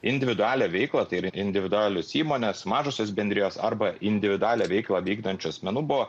individualią veiklą tai ir individualios įmonės mažosios bendrijos arba individualią veiklą vykdančių asmenų buvo